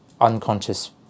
unconscious